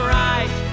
right